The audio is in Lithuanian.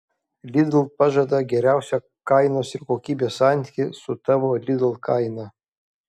lidl pažada geriausią kainos ir kokybės santykį su tavo lidl kaina